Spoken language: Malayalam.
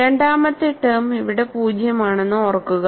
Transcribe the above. രണ്ടാമത്തെ ടേം ഇവിടെ പൂജ്യമാണെന്ന് ഓർക്കുക